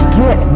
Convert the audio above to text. get